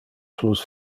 plus